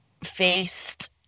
faced